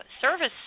service